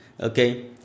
Okay